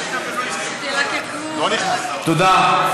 לשבת, תודה.